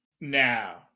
Now